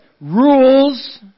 Rules